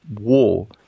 war